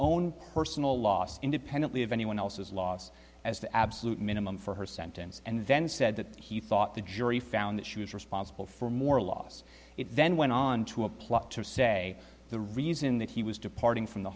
own personal loss independently of anyone else's loss as the absolute minimum for her sentence and then said that he thought the jury found that she was responsible for more loss it then went on to a plot to say the reason that he was departing from the